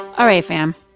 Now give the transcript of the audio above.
all right, fam.